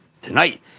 tonight